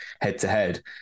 head-to-head